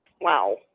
Wow